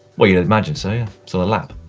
well, you'd imagine so, yeah, so a lap.